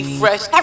fresh